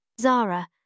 Zara